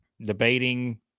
debating